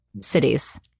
cities